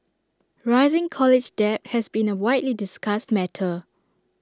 rising college debt has been A widely discussed matter